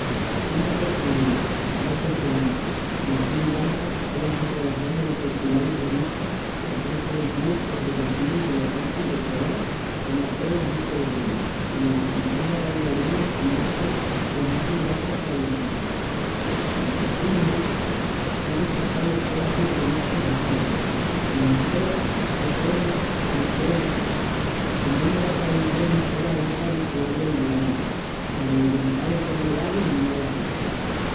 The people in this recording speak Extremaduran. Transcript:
Una costumbri mu especial de Sri Lanka es la celebración delos festivalis budistas que son conocidos por su desfiles de elefantes decorados con aperos muy coloridos y les acompañan bailarines con máscaras que hacen danzas tradicionales, la costumbre es visitar los templos budistas descalzos y hacer ofrendas de flores, también es la tradición hacer la danza ritual del diablo para ahuyentar enfermedades y mala suerte